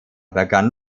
begann